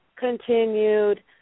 Continued